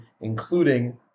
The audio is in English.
including